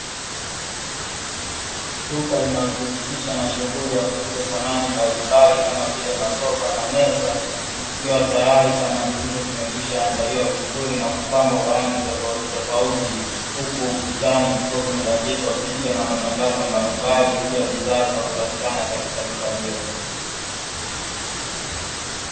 Duka linalojihusisha na shughuli ya kuuza samani mbalilmbali kama vile masofa na meza, zikiwa tayari samani hizo zimekwishaandaliwa vizuri na kupambwa kwa rangi tofautitofauti, huku ukutani kukiwa kumebandikwa picha na matangazo mbalimbali juu ya bidhaa zinazopatikana katika duka hilo.